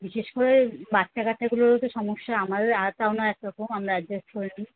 বিশেষ করে বাচ্চা কাচ্চাগুলোরও তো সমস্যা আমাদের আর তাও না একরম আমরা অ্যাডজাস্ট করে নিই